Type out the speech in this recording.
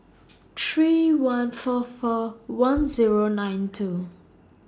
three one four four one Zero nine two